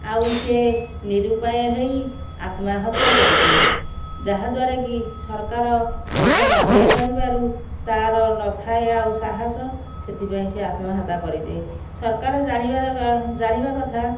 ଆଉ ସେ ନିରୁପାୟ ହେଇ ଆତ୍ମହତ୍ୟା କରିଦିଏ ଯାହାଦ୍ୱାରାକି ସରକାର ପଇସା ନଦେଇପାରିବାରୁ ତାର ନଥାଏ ଆଉ ସାହସ ସେଥିପାଇଁ ସିଏ ଆତ୍ମହତ୍ୟା କରିଦିଏ ସରକାର ଜାଣିବା ଜାଣିବା କଥା